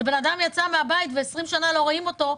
שבן אדם יצא מהבית וכבר 20 שנה לא רואים אותו,